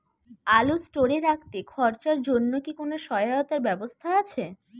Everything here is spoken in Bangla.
আলু স্টোরে রাখতে খরচার জন্যকি কোন সহায়তার ব্যবস্থা আছে?